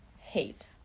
hate